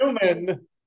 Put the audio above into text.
human